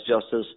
Justice